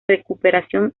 recuperación